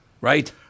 Right